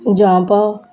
jump